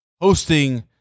hosting